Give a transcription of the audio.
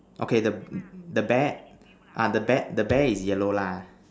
okay the the bear ah the bear the bear is yellow lah